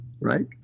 right